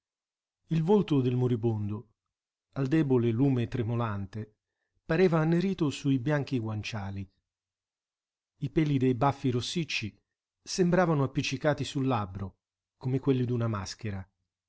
il volto del moribondo al debole lume tremolante pareva annerito sui bianchi guanciali i peli dei baffi rossicci sembravano appiccicati sul labbro come quelli d'una maschera